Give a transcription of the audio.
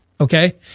Okay